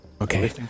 Okay